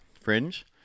fringe